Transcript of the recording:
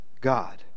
God